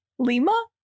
Lima